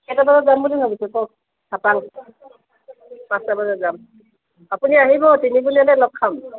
কেইটা বজাত যাম বুলি ভাবিছে কওক খাটাং পাঁচটা বজাত যাম আপুনি আহিব তিনিজনী ইয়াতে লগ খাম